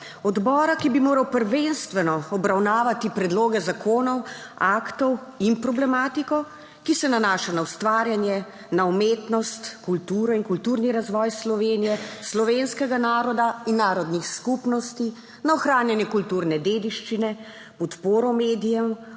odbora, ki bi moral prvenstveno obravnavati predloge zakonov, aktov in problematiko, ki se nanaša na ustvarjanje, na umetnost, kulturo in kulturni razvoj Slovenije, slovenskega naroda in narodnih skupnosti, na ohranjanje kulturne dediščine, podporo medijem,